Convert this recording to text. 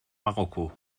marokko